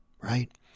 right